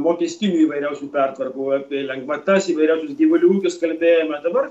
mokestinių įvairiausių pertvarkų apie lengvatas įvairiausius gyvulių ūkius kalbėjome dabar